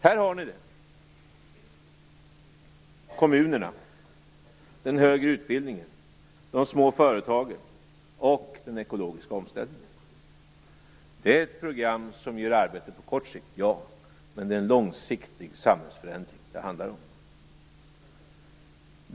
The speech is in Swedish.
Här har ni det: Kommunerna, den högre utbildningen, de små företagen och den ekologiska omställningen. Det är ett program som ger arbete på kort sikt, men det är en långsiktig samhällsförändring det handlar om.